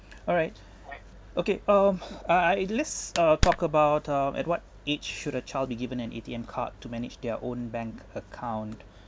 alright okay um I I let's uh talk about um at what age should a child be given an A_T_M card to manage their own bank account